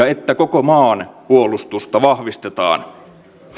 että koko maan puolustusta vahvistetaan